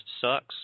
sucks